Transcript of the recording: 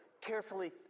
carefully